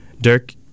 Dirk